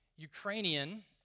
Ukrainian